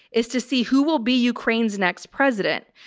is to see who will be ukraine's next president.